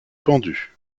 pendue